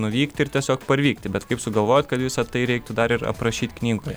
nuvykti ir tiesiog parvykti bet kaip sugalvojot kad visa tai reiktų dar ir aprašyt knygoje